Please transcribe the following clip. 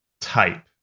type